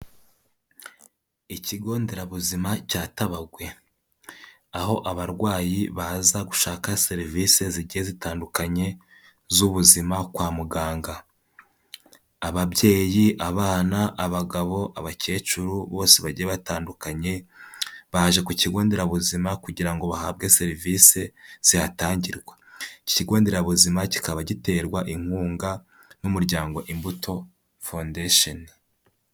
Ikigo nderabuzima cya Tabagwe, aho abarwayi baza gushaka serivisi zigiye zitandukanye z'ubuzima kwa muganga, ababyeyi, abana, abagabo, abakecuru, bose bagiye batandukanye, baje ku kigo nderabuzima kugira ngo bahabwe serivisi zihatangirwa, ikigo nderabuzima kikaba giterwa inkunga n'umuryango imbuto foundation.